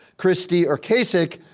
christie or kasich,